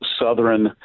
Southern